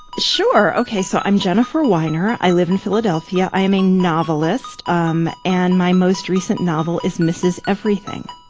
sure. ok. so i'm jennifer weiner. i live in philadelphia. i am a novelist, um and my most recent novel is mrs. everything.